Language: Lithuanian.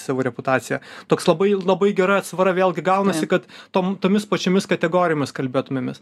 savo reputaciją toks labai labai gera atsvara vėlgi gaunasi kad tom tomis pačiomis kategorijomis kalbėtumėmės